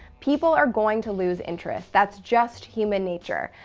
people are going to lose interest. that's just human nature.